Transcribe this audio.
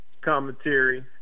commentary